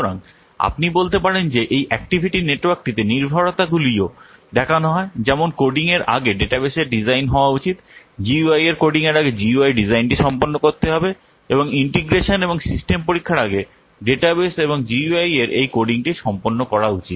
সুতরাং আপনি বলতে পারেন যে এই অ্যাক্টিভিটি নেটওয়ার্কটিতে নির্ভরতাগুলিও দেখানো হয় যেমন কোডিং র আগে ডাটাবেসের ডিজাইন হওয়া উচিত জিইউআইয়ের কোডিংয়ের আগে জিইউআই ডিজাইনটি সম্পন্ন করতে হবে এবং ইন্টিগ্রেশন এবং সিস্টেম পরীক্ষার আগে ডাটাবেস এবং জিইউআইয়ের এই কোডিংটি সম্পন্ন করা উচিত